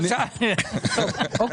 בוועדת החוקה ישאלו.